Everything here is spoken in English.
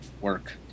Work